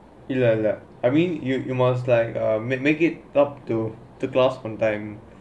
ya lah I mean you you must like make make it up to the class on time